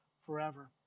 forever